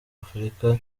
afurika